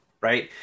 right